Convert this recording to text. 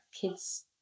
kids